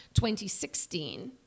2016